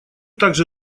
также